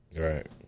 Right